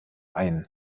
ein